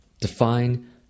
Define